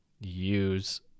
use